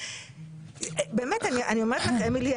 אמילי,